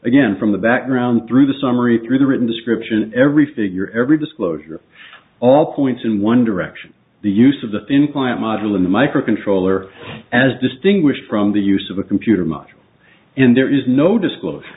again from the background through the summary through the written description every figure every disclosure all points in one direction the use of the thin client model of the microcontroller as distinguished from the use of a computer much in there is no disclos